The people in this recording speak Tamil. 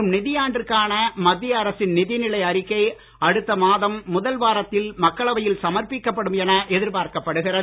வரும் நிதியாண்டிற்கான மத்திய அரசின் நிதிநிலை அறிக்கை அடுத்த மாதம் முதல் வாரத்தில் மக்களவையில் சமர்ப்பிக்கப்படும் என எதிர்பார்க்கப்படுகிறது